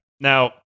now